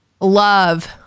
love